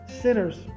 sinners